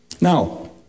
Now